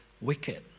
wicked